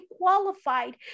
qualified